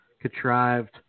contrived